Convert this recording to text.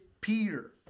Peter